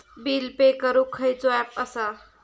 Bill pay करूक खैचो app असा?